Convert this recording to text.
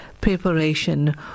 preparation